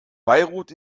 beirut